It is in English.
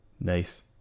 nice